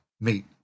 meet